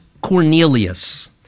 Cornelius